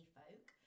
folk